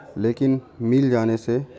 لیکن میل جانے سے